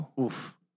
Oof